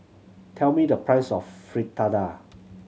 tell me the price of Fritada